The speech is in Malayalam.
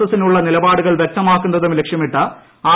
എസിനുളള നിലപാടുകൾ വൃക്തമാക്കുന്നതും ലക്ഷ്യമിട്ട് ആർ